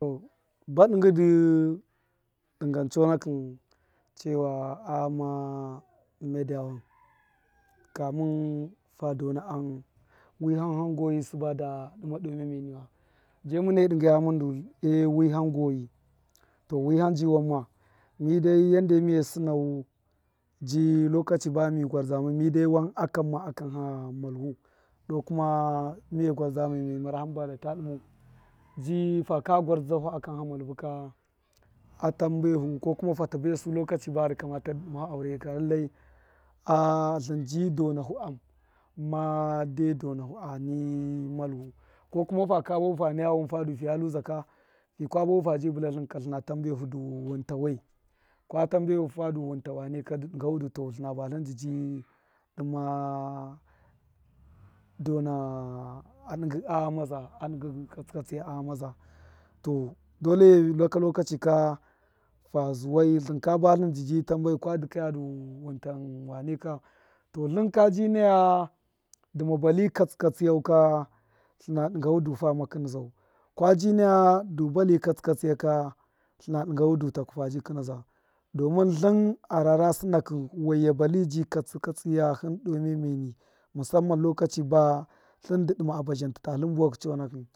To ba dṫngṫ dṫ dṫngṫn chonakṫn chewa a ghara ma dyawan kamin ha dona am wiham goyi sṫba da dṫma doo miya miyeni wa de mune dṫnga mun du ewuham goyi to wiham ji wan ma mi dai yande miye sṫnau ji lokachi bami gwarzda ma mi dai wan akamma a kan ha malvu don kuma miye gwarzdama mi mara hṫba da ta dṫmau ji faka gwarzda hu akan ha malvu ka a tambe hu ko kuma fata bas u lokachi ba di kamata dṫ dṫfu aureye ka lallai a tlṫn ji dona hu am made dona hu ani malvu ko kuma faka bahu fa naya wun fadu fiya luza ka fika buwahu fa bi bṫla tlṫn ka tlṫna tambe hu du wuta we kwa tambe hu fa du wunta wane ka du to tlṫna batlṫn dṫji dṫma dona adṫngṫ aghanu za a dṫngṫ katsṫ katsṫya a ghama za to dole naka lokachi ka fa zuwai tlṫn kwa batlṫn dṫji tambai kwa dṫkaya du muta wane ka to tlṫn ka ji naya dṫma bali katsṫ katsṫ yau ka tlṫna dṫnga hu du fame kṫna zau kwaji naya du bati katsṫ katsṫya ka tlṫna dṫnga hu du taku fabii kṫna za domun tlṫn a rara sṫnakṫ waiya bali ji katsi katsṫya hṫn doo miya miye ni musamman lokachi ba tlṫn dṫ dṫma abazhintṫ ta tlṫn buwak chonakṫn.